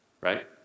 right